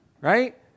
Right